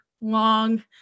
long